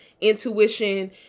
intuition